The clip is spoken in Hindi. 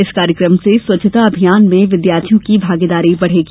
इस कार्यक्रम से स्वच्छता अभियान में विद्यार्थियों की भागीदारी बढ़ेगी